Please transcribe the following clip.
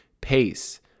pace